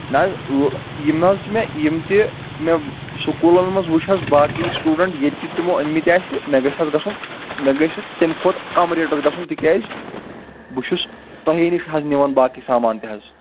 نہ حظ لو یِم حظ چھِ مےٚ یِم تہِ مےٚ سکوٗلن منٛز وٕچھ حظ باقٕے سِٹوڈنت ییٚتہِ تہِ تِمو أنۍ مٕتۍ آسہِ مےٚ گَژھِ حظ گَژھُن مےٚ گَژھِ تمہِ کھۄتہٕ کَم ریٹس گژھُن تِکیازِ بہٕ چھُس تۄہے نِش حظ نِوان باقٕے سامان تہِ حظ